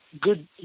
good